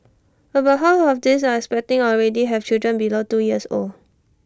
about half of these are expecting already have children below two years old